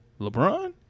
LeBron